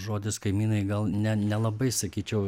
žodis kaimynai gal ne nelabai sakyčiau